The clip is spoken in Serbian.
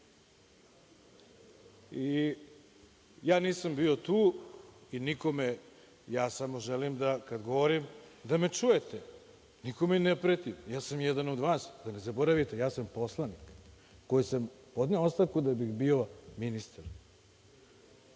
I ja nisam bio tu. Samo želim kad govorim da me čujete. Nikome ne pretim, ja sam jedan od vas, ne zaboravite ja sam poslanik koji sam podneo ostavku da bih bio ministar.(Dušan